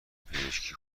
پزشکی